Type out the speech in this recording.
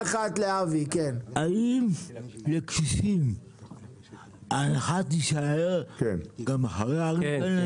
האם לקשישים ההנחה תישאר גם אחרי הרפורמה?